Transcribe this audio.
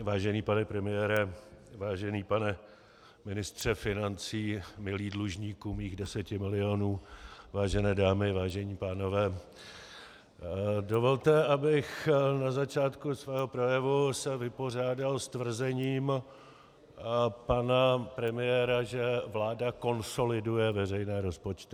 Vážený pane premiére, vážený pane ministře financí, milý dlužníku mých deseti milionů, vážené dámy, vážení pánové, dovolte, abych na začátku svého projevu se vypořádal s tvrzením pana premiéra, že vláda konsoliduje veřejné rozpočty.